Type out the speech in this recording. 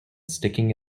sticking